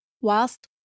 Whilst